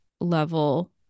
level